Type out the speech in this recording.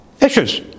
issues